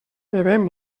bevem